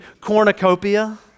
cornucopia